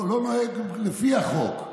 לא נוהג לפי החוק.